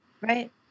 Right